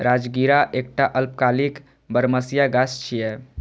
राजगिरा एकटा अल्पकालिक बरमसिया गाछ छियै